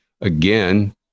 again